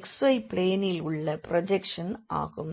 xz பிளேனில் உள்ள projection ஆகும்